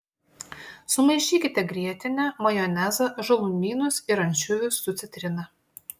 sumaišykite grietinę majonezą žalumynus ir ančiuvius su citrina